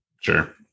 sure